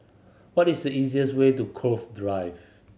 what is the easiest way to Cove Drive